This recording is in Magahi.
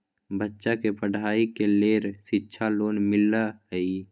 बच्चा के पढ़ाई के लेर शिक्षा लोन मिलहई?